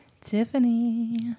Tiffany